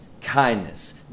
kindness